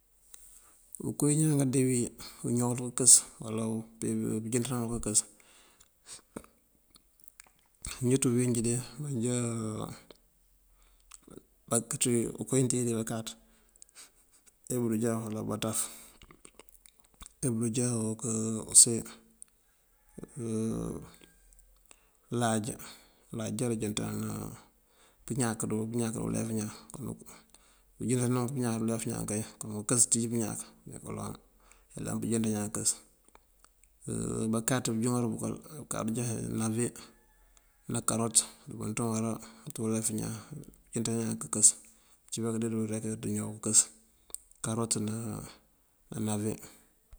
Unko ñaan këndee wí uñawu kënkës uwala upee kanjënţan kënkës. Njá de ţí uwínjí de manjá koo tíj wí bankáaţ te bunjá wël banţaf te bunjá unká mënse láaj. Láaj já ujënţan pëñáak dí ulef ñaan. Ujënţanun pëñáak dí ulef ñaan kay kuma mënkës aţíj pëñáak këmee kaloŋ ayëlan pënjënţan ñaan pënkës. Bankáaţ banjúŋar bëkël mënká bujá nave ná karot umënţ wun awará ţí ulef ñaan, kanjënţan ñaan kënkës. Mëncí bá kandeela wël rek ndëñawu kënkës karot ná nave.